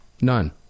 None